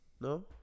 No